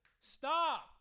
stop